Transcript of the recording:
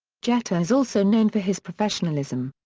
jeter is also known for his professionalism.